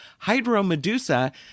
Hydromedusa